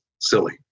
silly